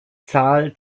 zahl